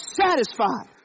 satisfied